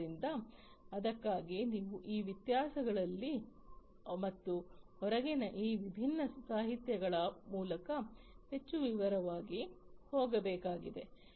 ಆದ್ದರಿಂದ ಅದಕ್ಕಾಗಿ ನೀವು ಈ ವ್ಯತ್ಯಾಸಗಳಲ್ಲಿ ಮತ್ತು ಹೊರಗಿನ ಈ ವಿಭಿನ್ನ ಸಾಹಿತ್ಯಗಳ ಮೂಲಕ ಹೆಚ್ಚು ವಿವರವಾಗಿ ಹೋಗಬೇಕಾಗಿದೆ